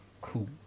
Cool